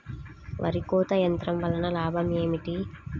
వరి కోత యంత్రం వలన లాభం ఏమిటి?